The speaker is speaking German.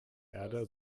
erde